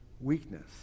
Weakness